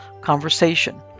conversation